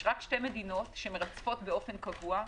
יש רק שתי מדינות שמרצפות באופן קבוע,